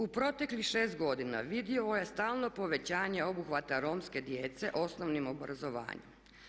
U proteklih 6 godina vidljivo je stalno povećanje obuhvata romske djece osnovnim obrazovanjem.